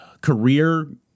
career